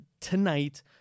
tonight